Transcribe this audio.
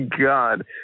God